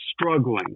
struggling